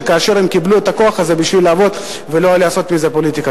כאשר הם קיבלו את הכוח הזה בשביל לעבוד ולא לעשות מזה פוליטיקה.